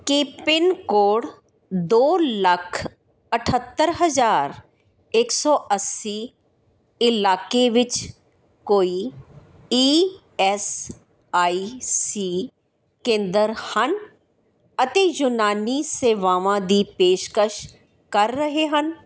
ਕੀ pin code ਦੋ ਲੱਖ ਅਠੱਤਰ ਹਜ਼ਾਰ ਇੱਕ ਸੌ ਅੱਸੀ ਇਲਾਕੇ ਵਿੱਚ ਕੋਈ ਈ ਐਸ ਆਈ ਸੀ ਕੇਂਦਰ ਹਨ ਅਤੇ ਯੂਨਾਨੀ ਸੇਵਾਵਾਂ ਦੀ ਪੇਸ਼ਕਸ਼ ਕਰ ਰਹੇ ਹਨ